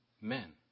men